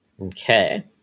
Okay